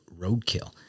roadkill